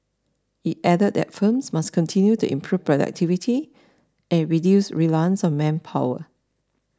it added that firms must continue to improve productivity and reduce reliance on manpower